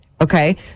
Okay